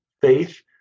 faith